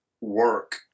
work